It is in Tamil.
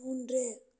மூன்று